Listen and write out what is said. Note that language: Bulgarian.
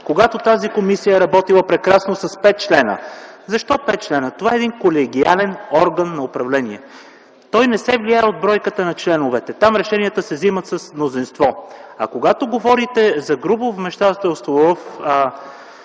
когато тази комисия е работила прекрасно с петима членове. Защо петима членове? Това е един колегиален орган на управление. Той не се влияе от бройката на членовете. Там решенията се взимат с мнозинство. Когато говорите за грубо вмешателство